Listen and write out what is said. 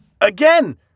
Again